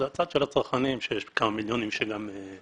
הצד של הצרכנים ויש כמה מיליונים כאלה.